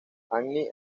anne